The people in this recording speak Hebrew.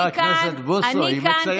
חבר הכנסת בוסו, היא מציינת עובדה.